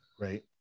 Right